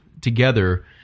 together